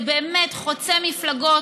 זה באמת חוצה מפלגות.